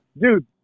dude